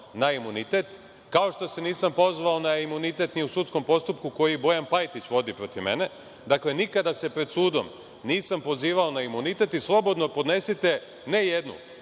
na imunitet, kao što se nisam pozvao na imunitet ni u sudskom postupku koji Bojan Pajtić vodi protiv mene. Dakle, nikada se pred sudom nisam pozivao na imunitet i slobodno podnesite ne jednu,